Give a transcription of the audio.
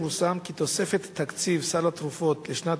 פורסם כי תוספת תקציב סל התרופות לשנת